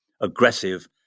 aggressive